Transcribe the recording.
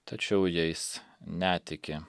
tačiau jais netiki